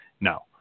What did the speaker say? No